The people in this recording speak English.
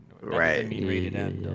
Right